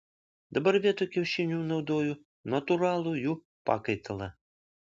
dabar vietoj kiaušinių naudoju natūralų jų pakaitalą